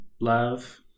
love